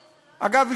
אגב,